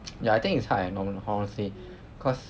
ya I think it's hard eh ho~ honestly cause